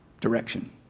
direction